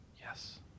Yes